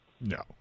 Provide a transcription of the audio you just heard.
No